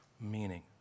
meaning